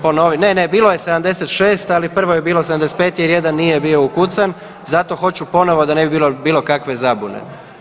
Ponovit, ne, ne bilo je 76, ali prvo je bilo 75 jer jedan nije bio ukucan, zato hoću ponovo da ne bi bilo bilo kakve zabune.